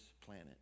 planet